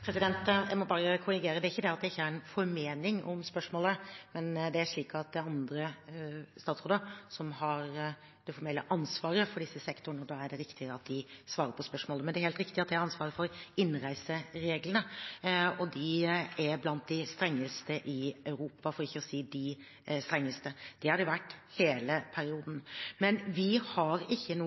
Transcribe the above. Jeg må bare korrigere: Det er ikke det at jeg ikke har en formening om spørsmålet, men det er slik at det er andre statsråder som har det formelle ansvaret for disse sektorene, og da er det riktigere at de svarer på spørsmålet. Men det er helt riktig at jeg har ansvaret for innreisereglene, og de er blant de strengeste i Europa, for ikke å si de strengeste. Det har de vært i hele perioden, men vi har ikke noe